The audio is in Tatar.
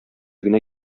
генә